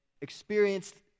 experienced